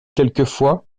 quelquefois